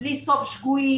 בלי סוף שגויים,